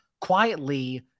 quietly